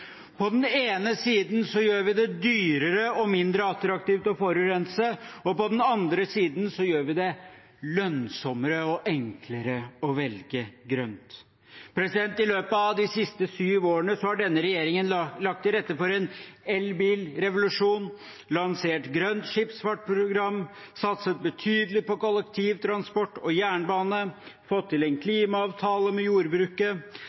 på denne flotte desemberdagen. På den ene siden gjør vi det dyrere og mindre attraktivt å forurense. På den andre siden gjør vi det lønnsommere og enklere å velge grønt. I løpet av de siste syv årene har denne regjeringen lagt til rette for en elbilrevolusjon, lansert grønn skipsfart-program, satset betydelig på kollektivtransport og jernbane, fått til en klimaavtale med jordbruket,